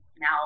now